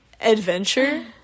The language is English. Adventure